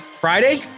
Friday